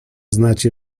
znacie